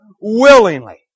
willingly